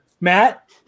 Matt